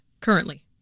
currently